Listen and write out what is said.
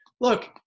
look